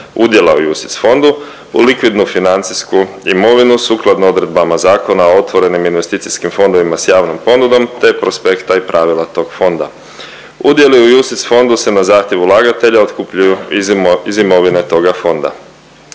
udjela u UCITS fondu u likvidnu financijsku imovinu sukladno odredbama Zakona o otvorenim investicijskim fondovima s javnom ponudom te prospekta i pravila tog fonda. Udjeli u UCITS fondu se na zahtjev ulagatelja otkupljuju iz imovine toga fonda.